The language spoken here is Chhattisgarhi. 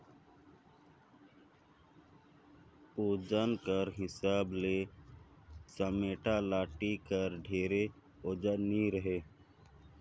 ओजन कर हिसाब ले चमेटा लाठी हर ढेर ओजन नी रहें